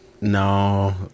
No